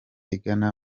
igana